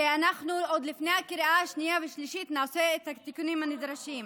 שאנחנו עוד לפני הקריאה השנייה והשלישית נעשה את התיקונים הנדרשים.